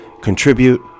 contribute